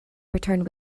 returned